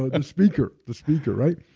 um speaker, the speaker, right?